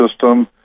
system